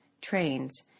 trains